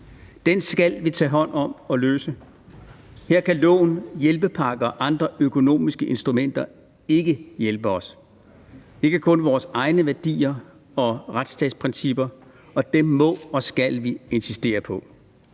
Den skal vi tage hånd om og løse. Her kan loven, hjælpepakker og andre økonomiske instrumenter ikke hjælpe os. Det kan kun vores egne værdier og retsstatsprincipper, og dem må og skal vi insistere på.